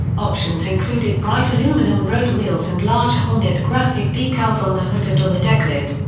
options included bright aluminum road wheels and large hornet-graphic decals on the hood and on the decklid.